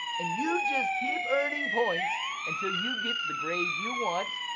and you just keep earning points until you get the grade you want,